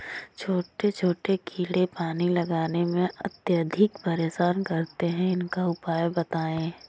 छोटे छोटे कीड़े पानी लगाने में अत्याधिक परेशान करते हैं इनका उपाय बताएं?